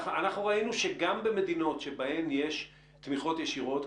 אנחנו ראינו שגם במדינות שבהן יש תמיכות ישירות,